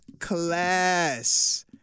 class